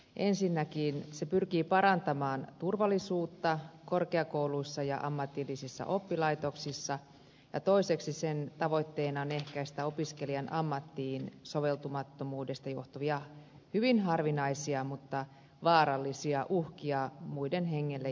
ensinnäkin se pyrkii parantamaan turvallisuutta korkeakouluissa ja ammatillisissa oppilaitoksissa ja toiseksi sen tavoitteena on ehkäistä opiskelijan ammattiin soveltumattomuudesta johtuvia hyvin harvinaisia mutta vaarallisia uhkia muiden hengelle ja terveydelle